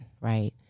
right